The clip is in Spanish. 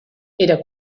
era